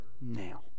now